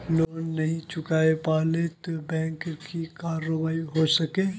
Loan नी चुकवा पालो ते बैंक की करवा सकोहो?